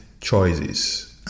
choices